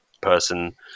person